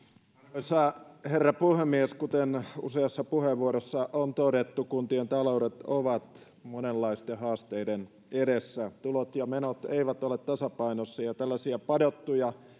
arvoisa herra puhemies kuten useassa puheenvuorossa on todettu kuntien taloudet ovat monenlaisten haasteiden edessä tulot ja menot eivät ole tasapainossa eikä tällaisia padottuja